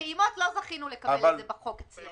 את הפעימות לא זכינו לקבל את זה בחוק אצלנו.